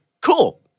cool